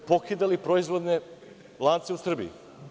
Pokidali proizvodne lance u Srbiji.